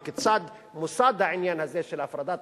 ולהבין כיצד נוסד העניין הזה של הפרדת